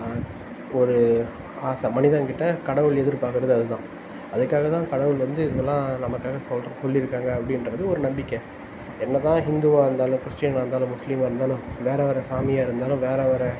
ஒரு ஆசை மனிதன் கிட்ட கடவுள் எதிர்பார்க்குறது அது தான் அதுக்காக தான் கடவுள் வந்து இதெல்லாம் நமக்காக சொல்லுற சொல்லி இருக்காங்க அப்படின்றது ஒரு நம்பிக்கை என்ன தான் ஹிந்துவாக இருந்தாலும் கிறிஸ்டியனாக இருந்தாலும் முஸ்லிமாக இருந்தாலும் வேறு வேறு சாமியாக இருந்தாலும் வேறு வேறு